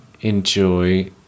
enjoy